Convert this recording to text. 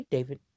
David